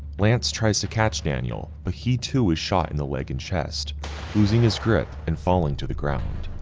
lance tries to catch danny but he too was shot in the leg and chest losing his grip and falling to the ground.